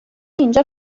اینجا